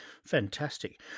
Fantastic